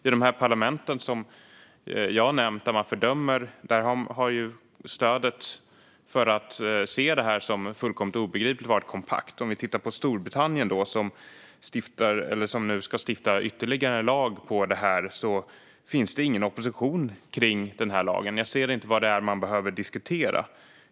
I de parlament jag nämnde har stödet för att fördöma detta varit kompakt. I Storbritannien, som nu ska stifta ytterligare en lag om detta, finns ingen opposition mot denna lag. Jag ser inte vad det är man behöver diskutera.